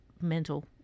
mental